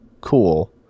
cool